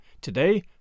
Today